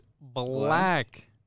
Black